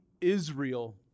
Israel